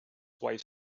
wife